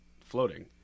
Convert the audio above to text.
floating